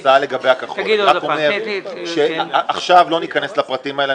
ההצעה לגבי הכחול אני רק אומר שעכשיו לא ניכנס לפרטים האלה,